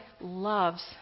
loves